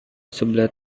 sebelah